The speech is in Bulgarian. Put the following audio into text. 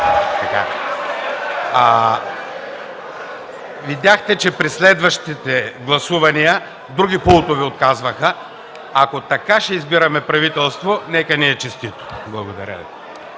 Видяхте, че при следващите гласувания други пултове отказваха. Ако така ще избираме правителство, нека ни е честито! Благодаря.